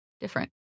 different